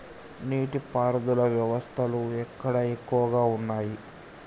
నీటి పారుదల వ్యవస్థలు ఎక్కడ ఎక్కువగా ఉన్నాయి?